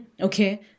Okay